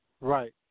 Right